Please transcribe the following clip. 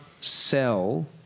sell